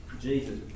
Jesus